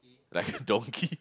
like donkey